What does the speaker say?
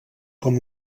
com